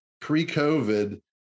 pre-COVID